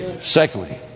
Secondly